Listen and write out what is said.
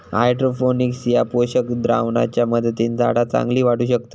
hydroponics ह्या पोषक द्रावणाच्या मदतीन झाडा चांगली वाढू शकतत